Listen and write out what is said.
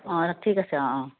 অ ঠিক আছে অ